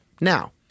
Now